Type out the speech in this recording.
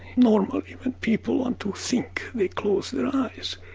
normally when people want to think they close their eyes